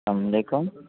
سلام علیکم